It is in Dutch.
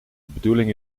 bedoeling